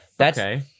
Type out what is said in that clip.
Okay